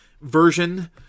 version